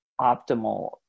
optimal